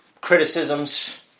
criticisms